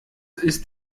ist